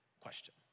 question